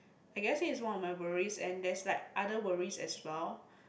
I guess this is one of my worries and there's like other worries as well